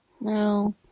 no